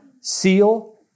seal